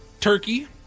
turkey